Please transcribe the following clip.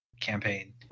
campaign